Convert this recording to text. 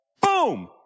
Boom